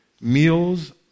meals